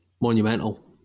monumental